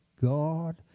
God